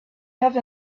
have